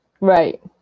right